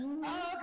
okay